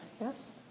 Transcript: yes